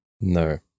no